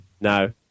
No